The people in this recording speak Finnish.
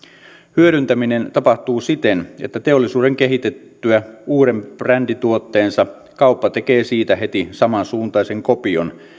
hyödyntäminen tapahtuu siten että teollisuuden kehitettyä uuden brändituotteensa kauppa tekee siitä heti samansuuntaisen kopion